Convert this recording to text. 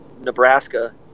Nebraska